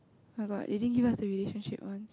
oh-my-god they didn't give us the relationship one